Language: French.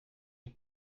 ils